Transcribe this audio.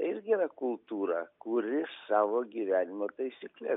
irgi yra kultūra kuri savo gyvenimo taisykles